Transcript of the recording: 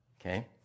Okay